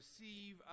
receive